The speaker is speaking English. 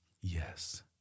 yes